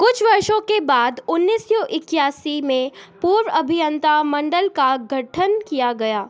कुछ वर्षों के बाद उन्नीस सौ इक्यासी में पूर्व अभियंता मंडल का गठन किया गया